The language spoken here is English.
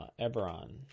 Eberron